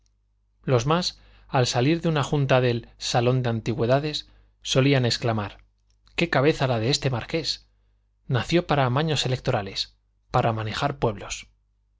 los más al salir de una junta del salón de antigüedades solían exclamar qué cabeza la de este marqués nació para amaños electorales para manejar pueblos